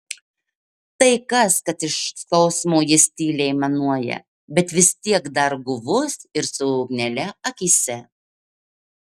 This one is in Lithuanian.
tai kas kad iš skausmo jis tyliai aimanuoja bet vis tiek dar guvus ir su ugnele akyse